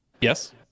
Yes